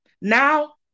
Now